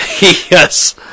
Yes